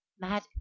mad